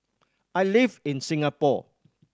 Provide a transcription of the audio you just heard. I live in Singapore